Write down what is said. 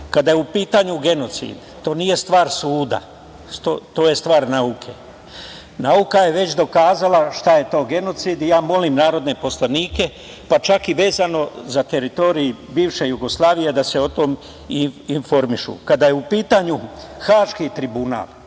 je u pitanju genocid, to nije stvar suda, to je stvar nauke. Nauka je već dokazala šta je to genocid. Ja molim narodne poslanike, pa čak i vezano za teritoriju bivše Jugoslavije, da se o tome informišu. Kada je u pitanju Haški tribunal,